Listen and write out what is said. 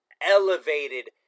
elevated